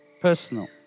Personal